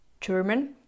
German